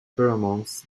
pheromones